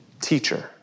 teacher